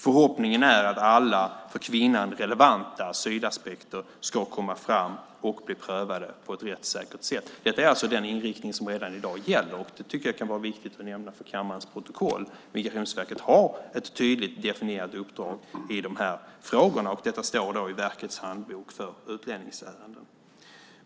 Förhoppningen är att alla för kvinnan relevanta asylaspekter ska komma fram och bli prövade på ett rättssäkert sätt. Detta är alltså den inriktning som redan i dag gäller, och det tycker jag att det kan vara viktigt att nämna för kammarens protokolls skull. Migrationsverket har ett tydligt definierat uppdrag i de här frågorna, och detta står i verkets handbok för utlänningsärenden.